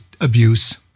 abuse